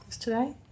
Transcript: today